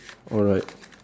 alright